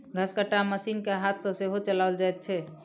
घसकट्टा मशीन के हाथ सॅ सेहो चलाओल जाइत छै